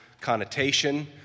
connotation